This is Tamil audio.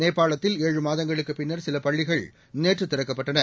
நேபாளத்தில் ஏழு மாதங்களுக்குப் பின்னர் சில பள்ளிகள் நேற்று திறக்கப்பட்டன